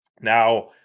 Now